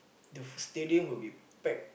the stadium will be packed